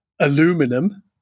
aluminum